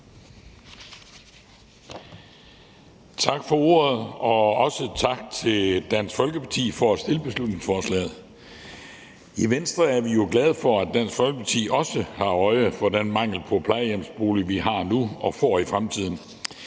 Tak for ordet, og også tak til Dansk Folkeparti for at fremsætte beslutningsforslaget. I Venstre er vi jo glade for, at Dansk Folkeparti også har øje for den mangel på plejehjemsboliger, vi har nu og får i fremtiden.